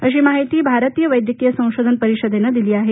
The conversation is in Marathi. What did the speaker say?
अशी माहिती भारतीय वैद्यकीय संशोधन परिषदेनं दिली आहे